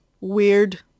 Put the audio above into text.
weird